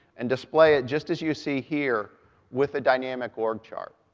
and display it just as you see here with the dynamic org chart.